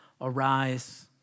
arise